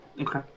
Okay